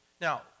Now